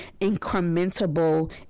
incrementable